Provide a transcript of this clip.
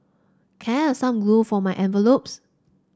can I have some glue for my envelopes